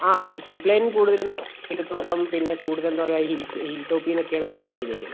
ആ zip line കൂടുതൽ തേയില തോട്ടം പിന്നെ കൂടുതൽ എന്താണ് പറയുക ഹിൽ ടോപ്പിൽ നിന്നൊക്കെയാണ് നമ്മൾ സെറ്റ് ചെയ്തിരിക്കുന്നത്